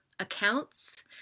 accounts